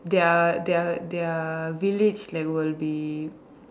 their their their village like will be